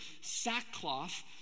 sackcloth